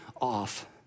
off